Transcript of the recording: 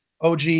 OG